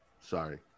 Sorry